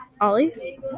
Ollie